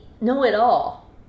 know-it-all